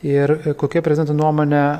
ir kokia prezidento nuomonė